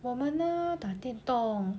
我们呢打电动